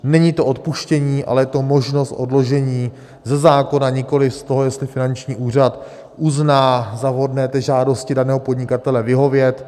Není to odpuštění, ale je to možnost odložení ze zákona, nikoliv z toho, jestli finanční úřad uzná za vhodné žádosti daného podnikatele vyhovět.